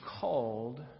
called